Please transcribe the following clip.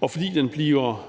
og fordi det binder